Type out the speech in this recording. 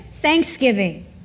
Thanksgiving